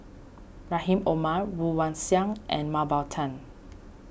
Rahim Omar Woon Wah Siang and Mah Bow Tan